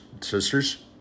sisters